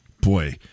Boy